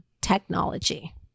technology